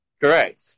Correct